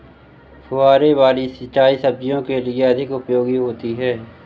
फुहारे वाली सिंचाई सब्जियों के लिए अधिक उपयोगी होती है?